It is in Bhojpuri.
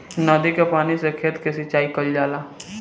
नदी के पानी से खेत के सिंचाई कईल जाला